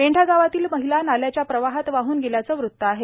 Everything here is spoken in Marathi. मेंढा गावातील महिला नाल्याच्या प्रवाहात वाहन गेल्याचं वृत आहे